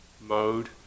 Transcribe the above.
mode